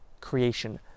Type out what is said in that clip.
creation